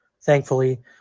thankfully